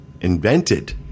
invented